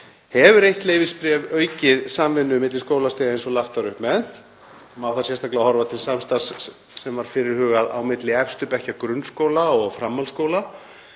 Hefur eitt leyfisbréf aukið samvinnu milli skólastiga eins og lagt var upp með? Má þar sérstaklega horfa til samstarfs sem var fyrirhugað á milli efstu bekkja grunnskóla og framhaldsskóla.